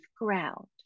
ground